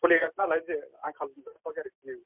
सोलिगासिनो नालाय आंखाल मोनथ'वाखै जेनिबो